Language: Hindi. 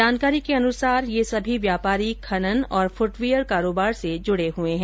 जानकारी के अनुसार ये सभी व्यापारी खनन और फुटवियर कारोबार से जुडे है